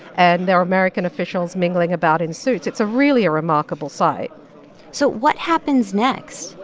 and there are american officials mingling about in suits. it's a really a remarkable sight so what happens next